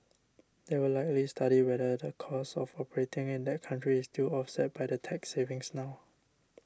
they will likely study whether the cost of operating in that country is still offset by the tax savings now